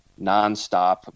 nonstop